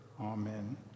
amen